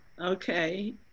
Okay